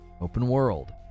open-world